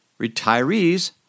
retirees